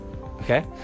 Okay